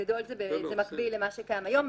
בגדול זה מקביל למה שקיים היום.